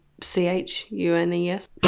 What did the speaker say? C-H-U-N-E-S